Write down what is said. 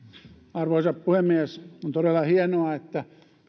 arvoisa puhemies on todella hienoa että